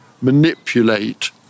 manipulate